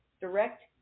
direct